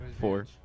Four